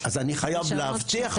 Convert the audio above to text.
אני מתבייש,